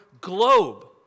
globe